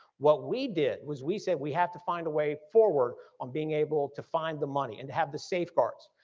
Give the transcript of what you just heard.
what we did was we said we have to find a way forward on being able to find the money, and to have the safeguards.